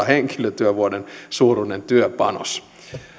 henkilötyövuoden suuruinen työpanos